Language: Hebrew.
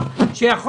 ששר